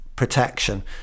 protection